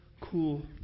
cool